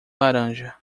laranja